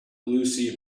lucy